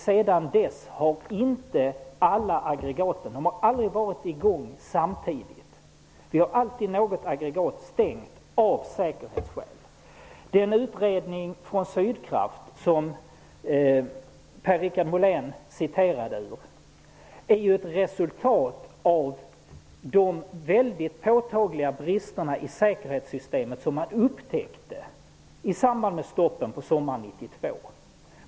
Sedan dess har inte någonsin alla aggregat samtidigt varit i gång. Vi har alltid något aggregat avstängt av säkerhetsskäl. Molén citerade ur är ett resultat av de mycket påtagliga bristerna i säkerhetssystemet som man upptäckte i samband med stoppen sommaren 1992.